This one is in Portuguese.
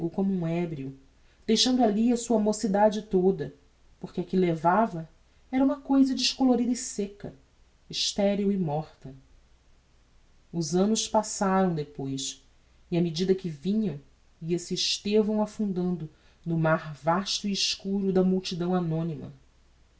como um ebrio deixando alli a sua mocidade toda porque a que levava era uma cousa descolorida e sêcca esteril e morta os annos passaram depois e á medida que vinham ia-se estevão afundando no mar vasto e escuro da multidão anonyma